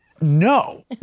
No